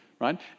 right